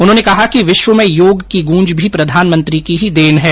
उन्होंने कहा कि विश्व में योग की गूंज भी प्रधानमंत्री की ही देन है